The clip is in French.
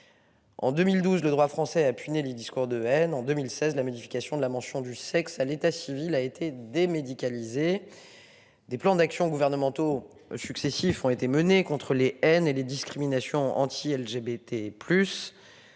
En 2012, le droit français a pu les discours de haine. En 2016, la modification de la mention du sexe à l'état civil a été des médicalisée. Des plans d'action gouvernementaux successifs ont été menées contre les haines et les discriminations anti-LGBT